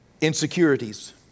Insecurities